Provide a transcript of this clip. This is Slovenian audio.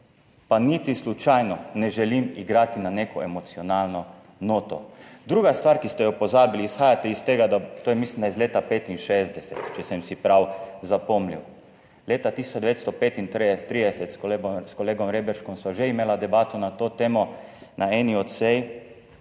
pa niti slučajno ne želim igrati na neko emocionalno noto. Druga stvar, ki ste jo pozabili, izhajate iz tega, to je, mislim, da iz leta 1965, če sem si prav zapomnil. Leta 1935, s kolegom Reberškom sva že imela debato na to temo na eni od sej,